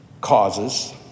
causes